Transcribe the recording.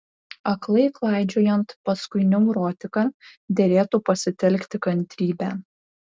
aklai klaidžiojant paskui neurotiką derėtų pasitelkti kantrybę